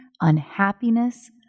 unhappiness